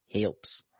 helps